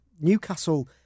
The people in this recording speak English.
Newcastle